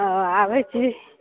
हँ आबैत छी